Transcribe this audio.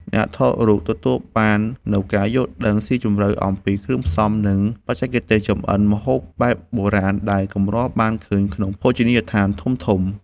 អ្នកថតរូបទទួលបាននូវការយល់ដឹងស៊ីជម្រៅអំពីគ្រឿងផ្សំ និងបច្ចេកទេសចម្អិនម្ហូបបែបបុរាណដែលកម្របានឃើញក្នុងភោជនីយដ្ឋានធំៗ។